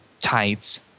tights